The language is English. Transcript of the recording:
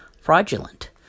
fraudulent